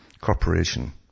corporation